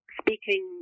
speaking